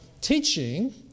teaching